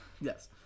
Yes